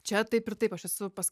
čia taip ir taip aš esu pas